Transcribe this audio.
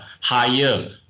higher